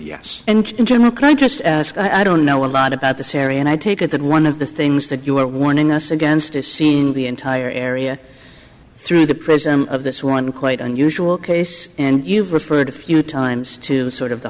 can i just ask i don't know a lot about the salary and i take it that one of the things that you are warning us against is seeing the entire area through the prism of this one quite unusual case and you've referred few times to sort of the